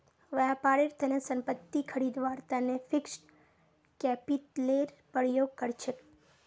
व्यापारेर तने संपत्ति खरीदवार तने फिक्स्ड कैपितलेर प्रयोग कर छेक